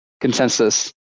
consensus